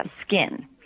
skin